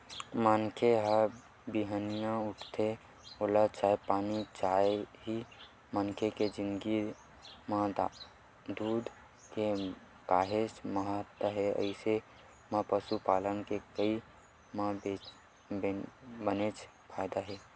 मनखे ह बिहनिया उठथे ओला चाय पानी चाही मनखे के जिनगी म दूद के काहेच महत्ता हे अइसन म पसुपालन के करई म बनेच फायदा हे